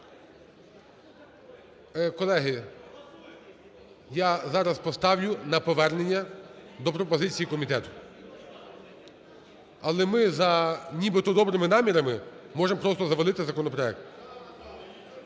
Колеги, я зараз поставлю на повернення до пропозиції комітету. Але ми за нібито добрими намірами можемо просто "завалити" законопроект.